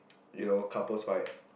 your couples fight